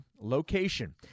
location